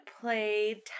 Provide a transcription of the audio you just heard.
play